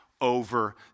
over